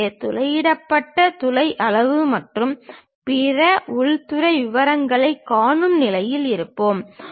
எனவே துளையிடப்பட்ட துளை அளவு மற்றும் பிற உள்துறை விவரங்களைக் காணும் நிலையில் இருப்போம்